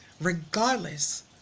regardless